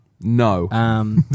No